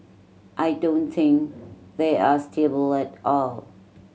I don't think they are stable at all